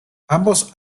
ambos